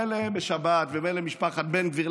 מילא בשבת ומילא למשפחת בן גביר.